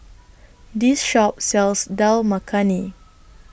This Shop sells Dal Makhani